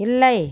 இல்லை